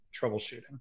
troubleshooting